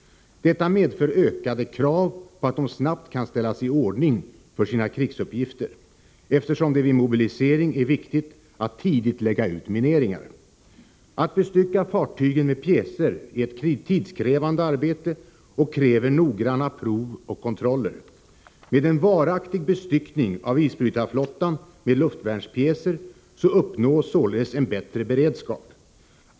Detta medför ökade krav på att de snabbt kan ställas i ordning för sina krigsuppgifter, eftersom det vid mobilisering är viktigt att tidigt lägga ut mineringar. Att bestycka fartygen med pjäser är ett tidskrävande arbete och fordrar noggranna prov och kontroller. Med en varaktig bestyckning av isbrytarflottan med luftvärnspjäser uppnås således en bättre beredskap.